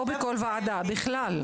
לא בכל ועדה, בכלל.